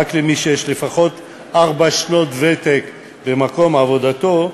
רק למי שיש לו לפחות ארבע שנות ותק במקום עבודתו,